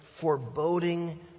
foreboding